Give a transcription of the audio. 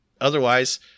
Otherwise-